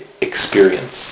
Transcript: experience